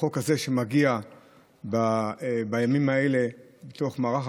החוק הזה שמגיע בימים האלה בתוך מערך